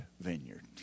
vineyard